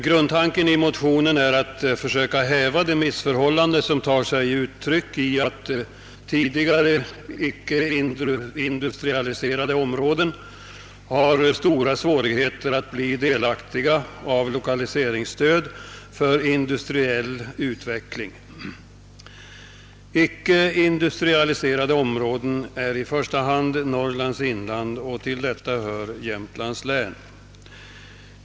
Grundtanken i motionerna är att försöka undanröja de missförhållanden som tar sig uttryck 1 att tidigare icke industrialiserade områden har stora svårigheter att bli delaktiga av lokaliseringsstöd för industriell utveckling. Icke industrialiserade områden är i första hand Norrlands inland, och till detta hör Jämtlands län.